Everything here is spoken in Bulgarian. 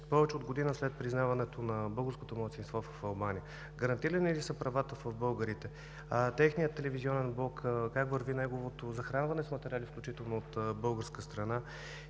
повече от година след признаването на българското малцинство в Албания гарантирани ли са правата на българите, техният телевизионен блок – как върви неговото захранване с материали, включително от българска страна,